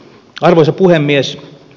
arvoisa puhemies